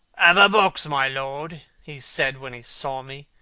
have a box, my lord he said, when he saw me,